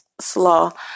slaw